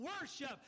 worship